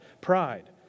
pride